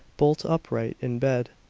bolt upright in bed.